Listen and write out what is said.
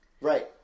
Right